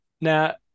Now